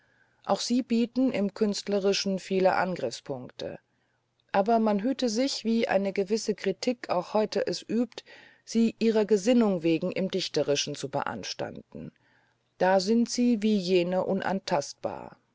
auch sie bieten im künstlerischen viele angriffspunkte aber man hüte sich wie eine gewisse kritik auch heute es übt sie ihrer gesinnung wegen im dichterischen zu beanstanden da sind sie wie jene unantastbar